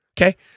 Okay